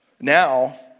Now